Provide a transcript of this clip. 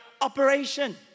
operation